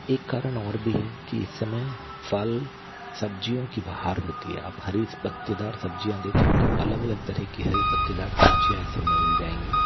एक कारण और भी है कि इस समय फल सब्ज़ियों की बहार होती है आप हरी पत्तेदार सब्ज़ियाँ देखें तो अलग अलग तरह की हरी पत्तेदार सब्ज़ियाँ इस समय मिल जाएंगी